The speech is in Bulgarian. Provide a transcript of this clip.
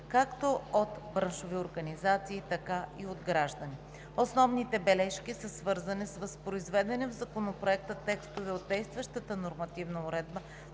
както от браншови организации, така и от граждани. Основните бележки са свързани с възпроизведени в Законопроекта текстове от действащата нормативна уредба,